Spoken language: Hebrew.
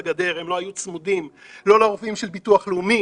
לגדר; הם לא היו צמודים לא לרופאים של ביטוח לאומי,